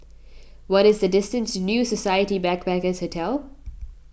what is the distance to New Society Backpackers' Hotel